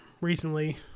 recently